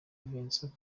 vincent